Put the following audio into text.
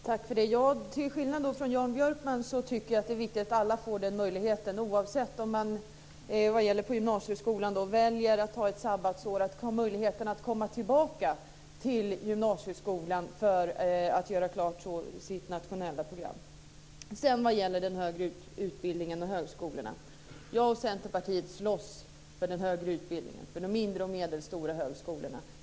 Herr talman! Till skillnad från Jan Björkman tycker jag att det är viktigt att alla får den möjligheten. Oavsett om man på gymnasieskolan väljer att ta ett sabbatsår ska man ha möjligheten att komma tillbaka till gymnasieskolan för att göra klart sitt nationella program. Vad gäller den högre utbildningen och högskolorna slåss jag och Centerpartiet för den högre utbildningen, för de mindre och medelstora högskolorna.